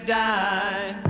die